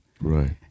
right